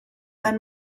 ein